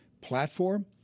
platform